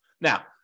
Now